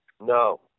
No